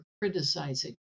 criticizing